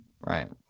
Right